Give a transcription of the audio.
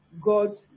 god's